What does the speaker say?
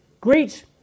Greet